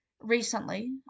recently